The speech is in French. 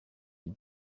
une